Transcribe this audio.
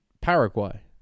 Paraguay